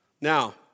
Now